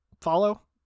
follow